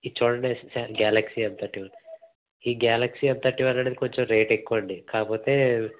ఇది చూడండి Galaxy M thirty one ఈ గెలాక్సీ ఎమ్ థర్టీ వన్ అనేది కొంచెం రేట్ ఎక్కువ అండి కాకపోతే